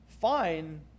fine